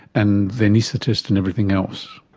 and the anaesthetist and everything else.